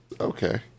Okay